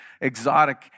exotic